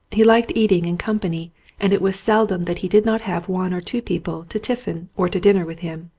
he liked eating in company and it was seldom that he did not have one or two people to tiffin or to dinner with him.